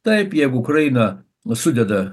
taip jeigu ukraina sudeda